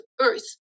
Earth